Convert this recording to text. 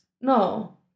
no